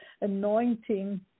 anointing